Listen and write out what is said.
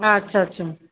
আচ্ছা আচ্ছা